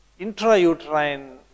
intrauterine